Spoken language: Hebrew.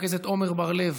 חבר הכנסת עמר בר-לב,